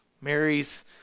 Mary's